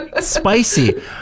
spicy